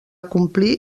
complir